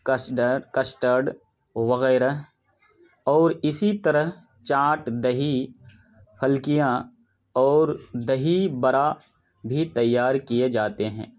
کسڈر custard وغیرہ اور اسی طرح چاٹ دہی پھلکیاں اور دہی بڑا بھی تیار کیے جاتے ہیں